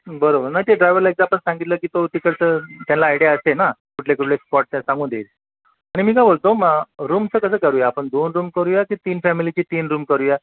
बरोबर नाही ते ड्रायवरला एकदा आपण सांगितलं की तो तिकडंच त्याला आयडिया असते ना कुठले कुठले स्पॉट्स आहे सांगून देईल आणि मी काय बोलतो मग रूमचं कसं करूया आपण दोन रूम करूया की तीन फॅमिलीची तीन रूम करूया